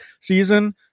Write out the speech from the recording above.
season